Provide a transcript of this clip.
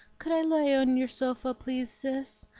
could i lie on your sofa, please, cis?